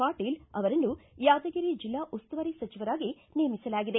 ಪಾಟೀಲ್ ಅವರನ್ನು ಯಾದಗಿರಿ ಜೆಲ್ಲಾ ಉಸ್ತುವಾರಿ ಸಚಿವರಾಗಿ ನೇಮಿಸಲಾಗಿದೆ